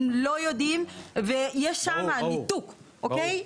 הם לא יודעים, יש שם ניתוק, אוקיי?